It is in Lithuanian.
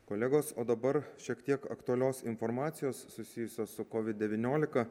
kolegos o dabar šiek tiek aktualios informacijos susijusios su covid devyniolika